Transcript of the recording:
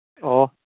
ꯑꯣ